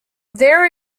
their